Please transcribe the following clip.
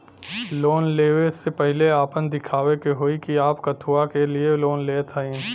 Loan ले वे से पहिले आपन दिखावे के होई कि आप कथुआ के लिए लोन लेत हईन?